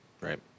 Right